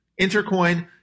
Intercoin